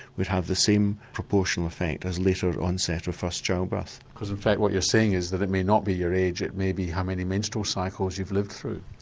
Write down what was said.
would have the same proportional effect as later onset of first childbirth. because in fact what you're saying is that it may not be your age, it may be how many menstrual cycles you've lived through?